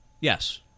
Yes